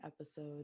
episode